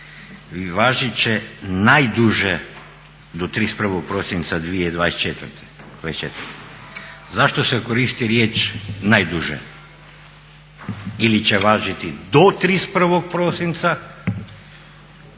važit će najduže do 31. prosinca 2024. Zašto se koristi riječ najduže? Ili će važiti do 31. prosinca,